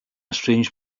strange